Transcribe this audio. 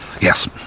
Yes